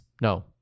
no